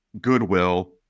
goodwill